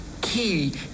key